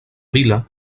vila